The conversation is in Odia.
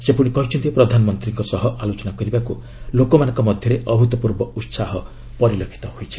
ସେ ପୁଣି କହିଛନ୍ତି ପ୍ରଧାନମନ୍ତ୍ରୀଙ୍କ ସହ ଆଲୋଚନା କରିବାକୁ ଲୋକମାନଙ୍କ ମଧ୍ୟରେ ଅଭ୍ତପ୍ରର୍ବ ଉତ୍ସାହ ପରିଲକ୍ଷିତ ହୋଇଛି